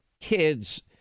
kids